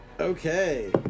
Okay